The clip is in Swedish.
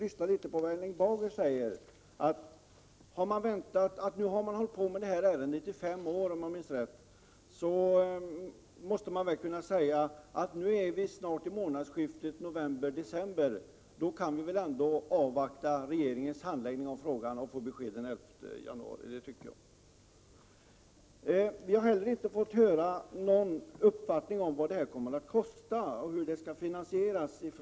Erling Bager sade, om jag minns rätt, att man har hållit på med detta ärende i fem år. Man måste väl då kunna säga att eftersom vi nu snart är framme vid månadsskiftet november-december, så kan vi väl ändå avvakta regeringens handläggning av frågan och få besked den 11 januari. Vi har inte från centereller folkpartihåll fått höra någonting om vad ert förslag kommer att kosta och hur det skall finansieras.